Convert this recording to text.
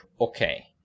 okay